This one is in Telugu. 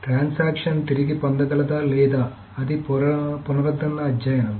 ట్రాన్సాక్షన్ తిరిగి పొందగలదా లేదా అది పునరుద్ధరణ అధ్యయనం